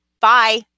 Bye